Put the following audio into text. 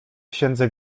księdze